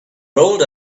rolled